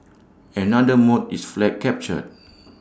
another mode is flag capture